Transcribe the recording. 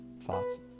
thoughts